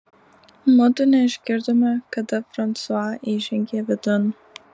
mudu neišgirdome kada fransua įžengė vidun